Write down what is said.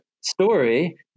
story